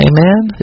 Amen